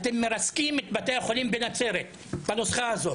אתם מרסקים את בתי החולים בנצרת בנוסחה הזאת.